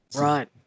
right